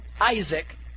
Isaac